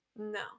No